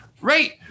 right